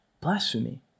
Blasphemy